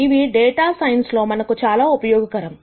ఇవి data science లో మనకు చాలా ఉపయోగకరం